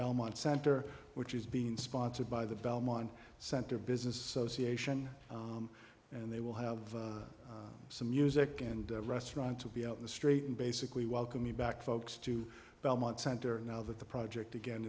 belmont center which is being sponsored by the belmont center business association and they will have some music and restaurant to be out in the street and basically welcome you back folks to belmont center now that the project again